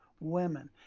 women